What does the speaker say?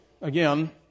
again